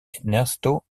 ernesto